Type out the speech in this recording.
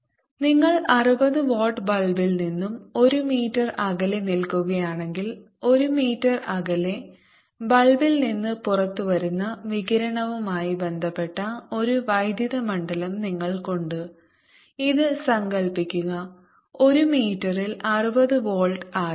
120E0215E030π c60Vm നിങ്ങൾ 60 watt ബൾബിൽ നിന്നും ഒരു മീറ്റർ അകലെ നിൽക്കുകയാണെങ്കിൽ 1 മീറ്റർ അകലെ ബൾബിൽ നിന്ന് പുറത്തുവരുന്ന വികിരണവുമായി ബന്ധപ്പെട്ട ഒരു വൈദ്യുത മണ്ഡലം നിങ്ങൾക്കുണ്ട് ഇത് സങ്കൽപ്പിക്കുക ഒരു മീറ്ററിൽ 60 വോൾട്ട് ആയി